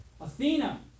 Athena